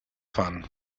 fun